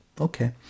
Okay